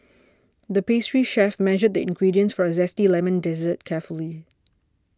the pastry chef measured the ingredients for a Zesty Lemon Dessert carefully